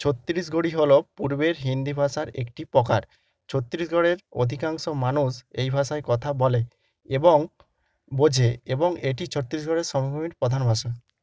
ছত্তিশগড়ি হলো পূর্বের হিন্দি ভাষার একটি প্রকার ছত্তিশগড়ের অধিকাংশ মানুষ এই ভাষায় কথা বলে এবং বোঝে এবং এটি ছত্তিশগড়ের সমভূমির প্রধান ভাষা